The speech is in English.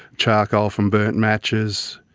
charcoal from burnt matches,